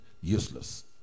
useless